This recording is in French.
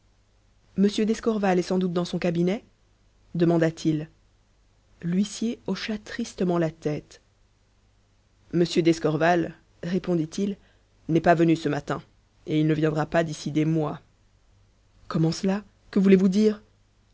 m d'escorval est sans doute dans son cabinet demanda-t-il l'huissier hocha tristement la tête m d'escorval répondit-il n'est pas venu ce matin et il ne viendra pas d'ici des mois comment cela que voulez-vous dire